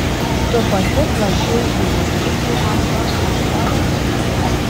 tu pati prašei jų pakeisti man vardą pameni